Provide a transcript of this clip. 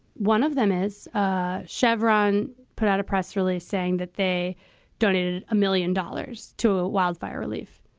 one of them is ah chevron put out a press release saying that they donated a million dollars to wildfire relief.